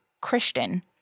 Christian